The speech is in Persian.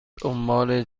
دنبال